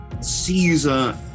Caesar